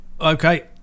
okay